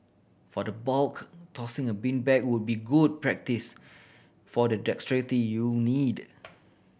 for the bulk tossing a beanbag would be good practice for the dexterity you'll need